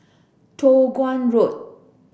Toh Guan Road